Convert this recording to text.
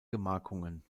gemarkungen